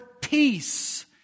peace